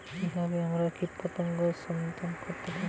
কিভাবে আমরা কীটপতঙ্গ সনাক্ত করতে পারি?